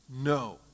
No